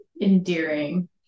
endearing